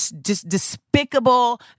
despicable